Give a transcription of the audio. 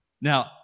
Now